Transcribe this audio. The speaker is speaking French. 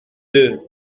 deux